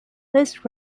this